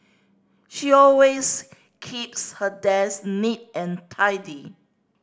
she always keeps her desk neat and tidy